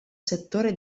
settore